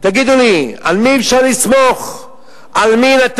תגידו לי, על מי אפשר לסמוך?